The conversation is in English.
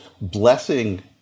blessing